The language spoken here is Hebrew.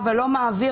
לי.